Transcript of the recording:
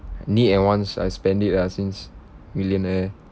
need and wants I spend it ah since millionaire